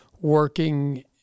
working